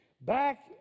Back